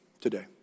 today